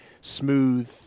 smooth